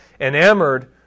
enamored